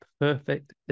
perfect